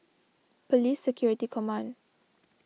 Police Security Command